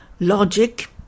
logic